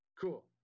Cool